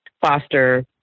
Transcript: foster